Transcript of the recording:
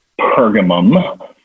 pergamum